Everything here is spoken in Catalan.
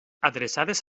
adreçades